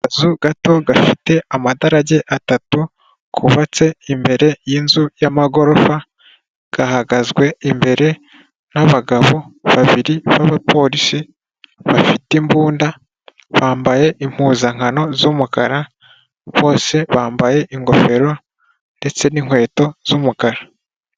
Akazu gato gafite amadarage atatu, kubatse imbere y'inzu y'amagorofa, gahagazwe imbere n'abagabo babiri babapolisi bafite imbunda, bambaye impuzankano z'umukara, bose bambaye ingofero ndetse n'inkweto z'umukara.